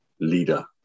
leader